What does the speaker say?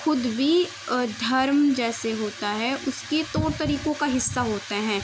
خود بھی دھرم جیسے ہوتا ہے اس کے طور طریقوں کا حصہ ہوتا ہیں